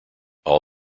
all